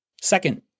Second